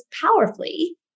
powerfully